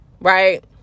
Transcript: right